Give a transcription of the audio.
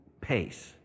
pace